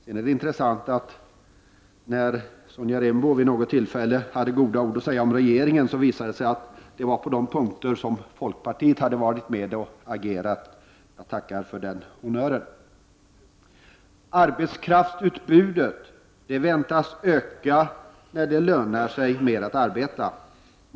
Intressant är att notera att när Sonja Rembo vid något tillfälle hade goda ord att säga om regeringen visade det sig att det gällde de punkter där folkpartiet varit med och agerat. Jag tackar för denna honnör. Arbetskraftsutbudet väntas öka när det lönar sig bättre att arbeta.